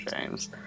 James